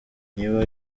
niba